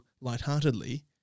lightheartedly